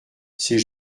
c’est